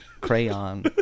Crayon